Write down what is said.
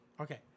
Okay